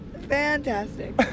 fantastic